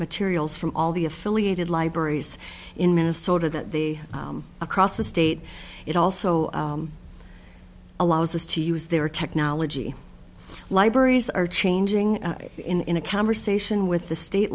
materials from all the affiliated libraries in minnesota that the across the state it also allows us to use their technology libraries are changing in a conversation with the state